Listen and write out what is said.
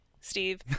Steve